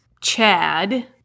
chad